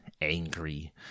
angry